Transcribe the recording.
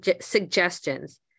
suggestions